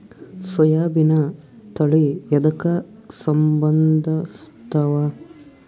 ಸೋಯಾಬಿನ ತಳಿ ಎದಕ ಸಂಭಂದಸತ್ತಾವ?